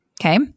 okay